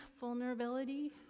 vulnerability